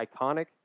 iconic